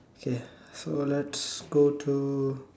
okay so let's go to